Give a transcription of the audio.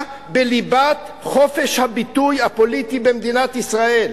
בליבת חופש הביטוי הפוליטי במדינת ישראל,